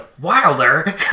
Wilder